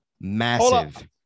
Massive